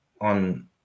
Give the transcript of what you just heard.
On